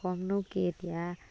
ক'মনো কি এতিয়া